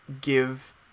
give